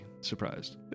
surprised